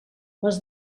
les